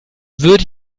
würde